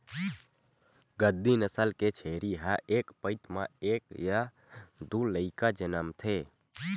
गद्दी नसल के छेरी ह एक पइत म एक य दू लइका जनमथे